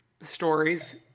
stories